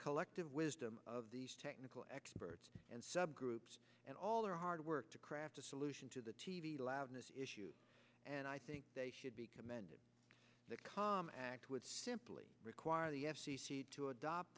collective wisdom of these technical experts and subgroups and all their hard work to craft a solution to the t v loudness issue and i think they should be commended the common act would simply require the f c c to adopt